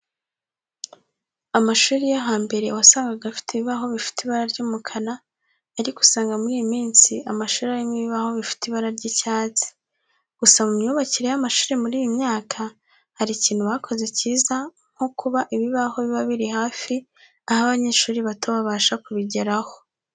Amashuri yo hambere wasangaga afite ibibaho bifite ibara ry'umukara ariko usanga muri iyi minsi amashuri arimo ibibaho bifite ibara ry'icyatsi. Gusa mu myubakire y'amashuri muri iyi myaka, hari ikintu bakoze cyiza nko kuba ibibaho biba biri hafi aho abanyeshuri bato babasha kubigeraho.